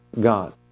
God